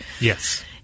Yes